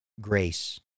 grace